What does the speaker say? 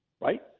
right